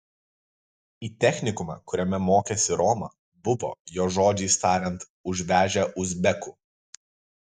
į technikumą kuriame mokėsi roma buvo jos žodžiais tariant užvežę uzbekų